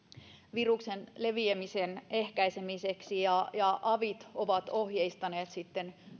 viruksen leviämisen ehkäisemiseksi ja ja avit ovat ohjeistaneet